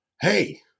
hey